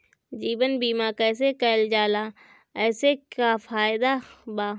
जीवन बीमा कैसे कईल जाला एसे का फायदा बा?